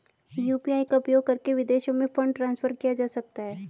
UPI का उपयोग करके विदेशों में फंड ट्रांसफर किया जा सकता है?